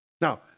Now